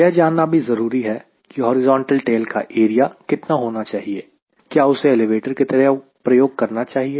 यह जानना भी जरूरी है की हॉरिजॉन्टल टेल का एरिया कितना होना चाहिए क्या उसे एलिवेटर की तरह प्रयोग करना चाहिए